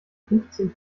fünfzehn